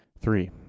three